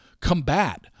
combat